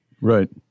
right